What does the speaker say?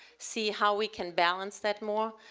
see how we can balance that more.